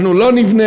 אנחנו לא נבנה,